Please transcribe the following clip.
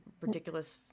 ridiculous